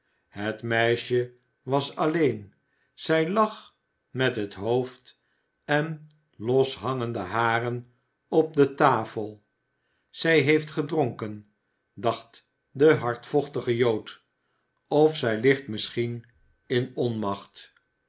het meisje was alleen zij lag met het hoofd en loshangende haren op de tafel j zij heeft gedronken dacht de hardvochtige jood j of zij ligt misschien in onmacht